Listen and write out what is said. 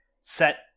set